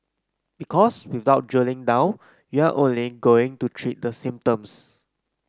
because without drilling down you're only going to treat the symptoms